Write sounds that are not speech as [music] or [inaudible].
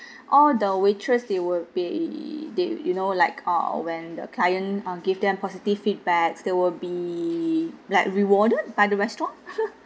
all the waitress they would be they you know like uh when the client um give them positive feedbacks they will be like rewarded by the restaurant [laughs]